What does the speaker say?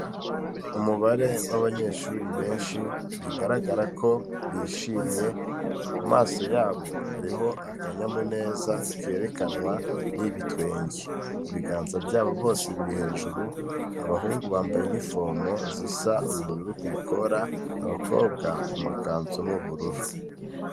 Umubare w'abanyeshuri benshi bigaragara ko bishimye ku maso yabo hariho akanyamuneza kerekanwa n'ibitwenge, ibiganza byabo bose biri hejuru, abahungu bambaye iniforomo zisa ubururu ku ikora, abakobwa amakanzu ni ubururu.